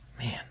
Man